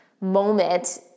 moment